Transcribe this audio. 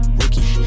rookie